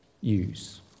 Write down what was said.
use